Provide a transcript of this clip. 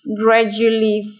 gradually